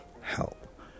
help